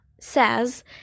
says